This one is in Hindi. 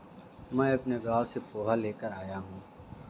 मैं अपने गांव से पोहा लेकर आया हूं